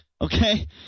Okay